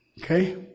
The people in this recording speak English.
Okay